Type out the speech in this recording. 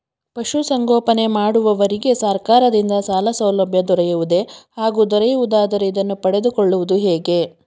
ಪಶುಸಂಗೋಪನೆ ಮಾಡುವವರಿಗೆ ಸರ್ಕಾರದಿಂದ ಸಾಲಸೌಲಭ್ಯ ದೊರೆಯುವುದೇ ಹಾಗೂ ದೊರೆಯುವುದಾದರೆ ಇದನ್ನು ಪಡೆದುಕೊಳ್ಳುವುದು ಹೇಗೆ?